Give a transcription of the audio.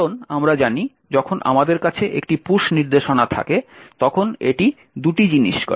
কারণ আমরা জানি যখন আমাদের কাছে একটি পুশ নির্দেশনা থাকে তখন এটি দুটি জিনিস করে